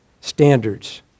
standards